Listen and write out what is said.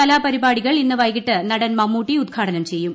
കലാപരിപാടികൾ ഇന്ന് വൈകിട്ട് നടൻ മമ്മൂട്ടി ഉദ്ഘാടനം ചെയ്യും